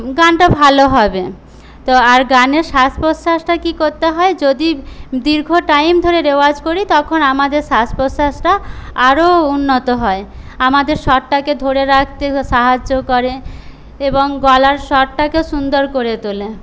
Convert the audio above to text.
গানটা ভালো হবে আর গানের শ্বাস প্রশ্বাসটা কি করতে হয় যদি দীর্ঘ টাইম ধরে রেওয়াজ করি তখন আমাদের শ্বাস প্রশ্বাসটা আরও উন্নত হয় আমাদের স্বরটাকে ধরে রাখতে সাহায্য করে এবং গলার স্বরটাকে সুন্দর করে তোলে